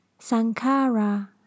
Sankara